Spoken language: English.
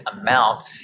amount